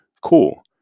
Cool